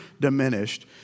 diminished